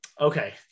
Okay